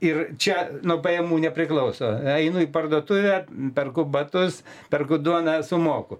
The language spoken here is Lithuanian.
ir čia nuo pajamų nepriklauso einu į parduotuvę perku batus perku duoną sumoku